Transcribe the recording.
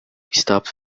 stopped